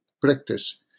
practice